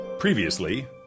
Previously